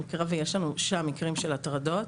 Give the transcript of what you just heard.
במקרה ויש לנו שם מקרים של הטרדות,